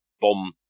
bomb